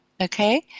Okay